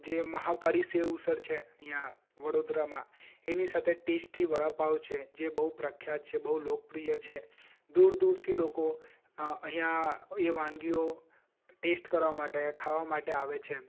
જે મહાકાળી સેવ ઉસળ છે અહીંયા વડોદરામાં એની સાથે ટેસ્ટી વડાપાઉં છે જે બહુ પ્રખ્યાત છે બહુ લોકપ્રિય છે દૂર દૂરથી લોકો અહીંયા એ વાનગીઓ ટેસ્ટ કરવા માટે ખાવા માટે આવે છે